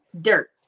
dirt